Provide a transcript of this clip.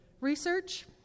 research